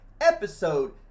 episode